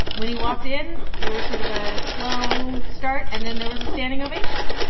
when he walked in, there was sort of a slow start. and then there was a standing ovation